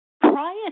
prior